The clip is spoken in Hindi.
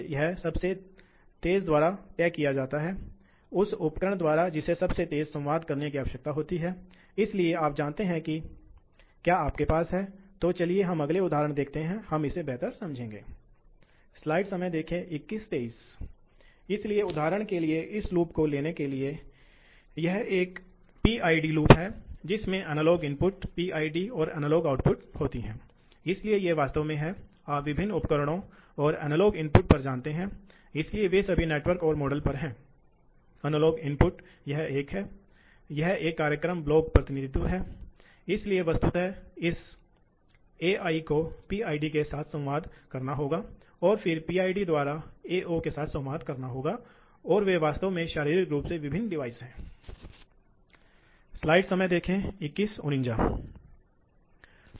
तो यह अब मुश्किल हो रहा है उफ़ मैं यह कर सकता हूँ हाँ तो हाँ तो फिर से आपके पास यह दबाव है और इस तरफ आपके पास प्रवाह है और यह पक्ष आपके पास है आप विभिन्न आरपीएम जानते हैं आप देखते हैं इसलिए आपके पास है यह निरंतर हॉर्स पावर लाइनें और विभिन्न गति भी हैं इसलिए आप देखते हैं कि यह स्थिर हैं ये रेखाएं इन विभिन्न गति रेखाएं हैं और ये बिंदीदार रेखाएं पहले की तरह हैं ये बिंदीदार रेखाएं निरंतर विद्युत लाइनें हैं इसलिए यह पुरानी जैसी है ठीक है